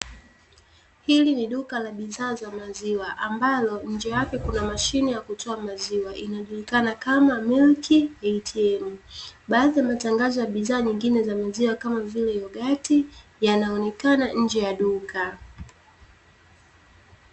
Hili ni duka la bidhaa za maziwa ambapo nje yake kuna mashine ya kutoa maziwa ikiwa inaonekana kama Milk ATM. Baadhi ya bidhaa zingine kama vile yogati yanaonekana nje ya duka.